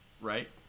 right